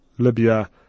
Libya